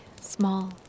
small